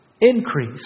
increase